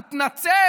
תתנצל.